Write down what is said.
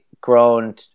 grown